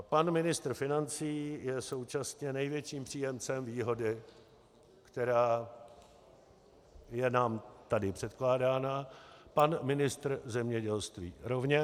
Pan ministr financí je současně největším příjemcem výhody, která je nám tady předkládána, pan ministr zemědělství rovněž.